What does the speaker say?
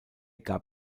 gab